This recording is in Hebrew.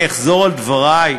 אני אחזור על דברי.